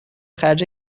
خرج